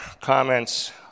comments